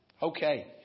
Okay